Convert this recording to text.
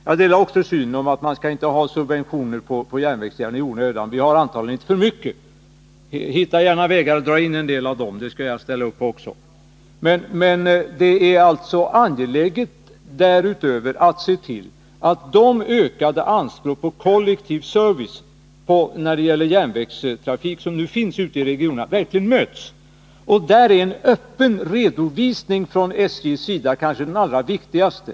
Jag delar också synen att man inte skall ha subventioner på järnvägssidan i onödan. Vi har antagligen litet för mycket av det. Hitta gärna vägar att dra in en del av subventionerna! Det skall jag ställa upp på. Men därutöver är det alltså angeläget att se till att de ökade anspråk på kollektiv service när det gäller järnvägstrafik som nu finns ute i regionerna verkligen möts. Där är en öppen redovisning från SJ:s sida kanske det allra viktigaste.